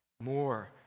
more